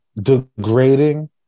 degrading